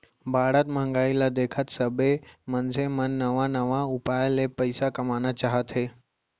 बाढ़त महंगाई ल देखत सबे मनसे मन नवा नवा उपाय ले पइसा कमाना चाहथे